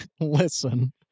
Listen